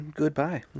goodbye